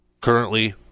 currently